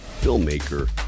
filmmaker